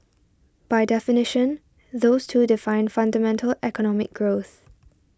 by definition those two define fundamental economic growth